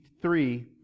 three